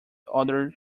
other